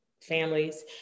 families